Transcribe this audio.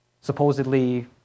supposedly